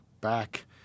back